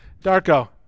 Darko